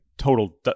Total